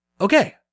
Okay